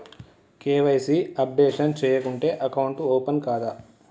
KYC updation చేయకుంటే account open కాదా?